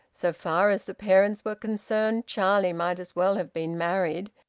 so far as the parents were concerned charlie might as well have been married,